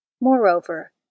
Moreover